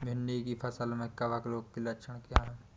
भिंडी की फसल में कवक रोग के लक्षण क्या है?